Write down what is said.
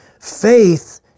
faith